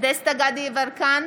דסטה גדי יברקן,